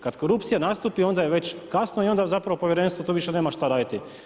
Kad korupcija nastupi, onda je već kasno i onda zapravo povjerenstvo tu više nema šta raditi.